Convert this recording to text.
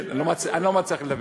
כן, אני לא מצליח לדבר.